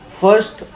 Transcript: first